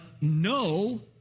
no